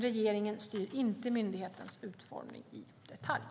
Regeringen styr inte myndighetens utformning i detalj.